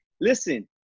listen